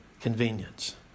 convenience